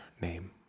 name